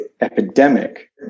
epidemic